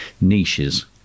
niches